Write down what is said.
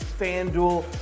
FanDuel